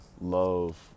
love